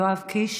יואב קיש,